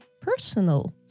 personal